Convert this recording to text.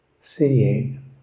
seeing